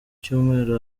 cyumweru